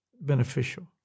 beneficial